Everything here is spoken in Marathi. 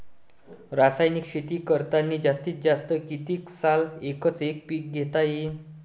रासायनिक शेती करतांनी जास्तीत जास्त कितीक साल एकच एक पीक घेता येईन?